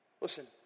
Listen